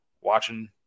watching